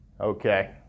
Okay